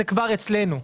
זה כבר אצלנו,